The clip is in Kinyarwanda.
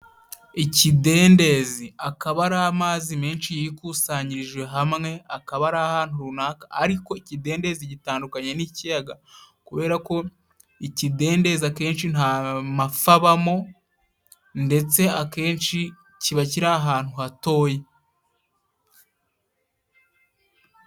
Ikidendezi akaba ari amazi menshi yikusanyirije hamwe, akaba ari ahantu runaka ariko ikidendezi gitandukanye n'ikiyaga kuberako ikidendezi akenshi nta mafi abamo ndetse akenshi kiba kiri ahantu hatoya.